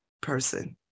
person